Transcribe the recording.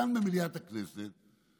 כאן במליאת הכנסת,